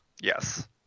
Yes